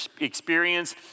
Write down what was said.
experience